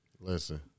Listen